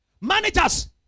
Managers